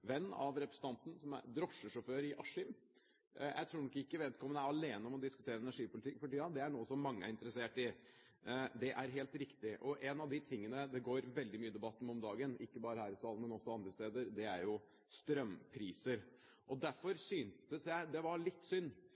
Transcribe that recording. venn av representanten som er drosjesjåfør i Askim. Jeg tror nok ikke vedkommende er alene om å diskutere energipolitikk for tiden, det er noe som mange er interessert i. Det er helt riktig. Og en av de tingene det går veldig mye debatt om nå om dagen – ikke bare her i salen, men også andre steder – er jo strømpriser. Derfor syntes jeg det var litt synd